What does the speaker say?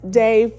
day